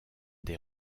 des